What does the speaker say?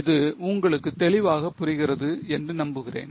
இது உங்களுக்கு தெளிவாக புரிகிறது என்று நம்புகிறேன்